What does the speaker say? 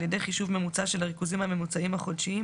על ידי חישוב ממוצע של הריכוזים הממוצעים החודשיים